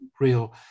real